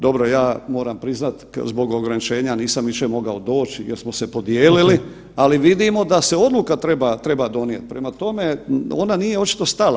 Dobro, ja moram priznat zbog ograničenja nisam jučer mogao doći jer smo se podijelili, ali vidimo da se odluka treba donijeti prema tome ona nije očito stala.